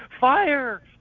Fire